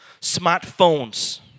Smartphones